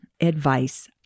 advice